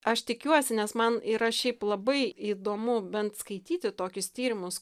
aš tikiuosi nes man yra šiaip labai įdomu bent skaityti tokius tyrimus